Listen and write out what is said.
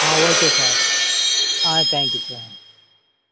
ah okay sir ah thank you sir